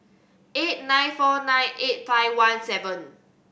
eight nine four nine eight five one seven